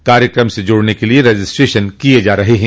इस कार्यक्रम से जुड़ने के लिये रजिस्ट्रेशन किये जा रहे हैं